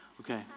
Okay